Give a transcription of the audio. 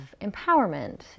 empowerment